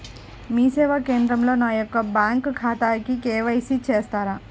మీ సేవా కేంద్రంలో నా యొక్క బ్యాంకు ఖాతాకి కే.వై.సి చేస్తారా?